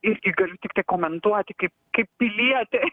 irgi galiu tiktai komentuoti kaip kaip pilietė